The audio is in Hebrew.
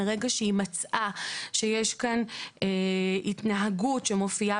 מרגע שהיא מצאה שיש כאן התנהגות שמופיעה